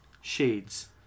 shades